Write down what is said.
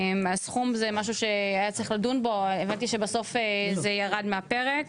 הסכום זה משהו שהיה צריך לדון בו; הבנתי שבסוף זה ירד מהפרק.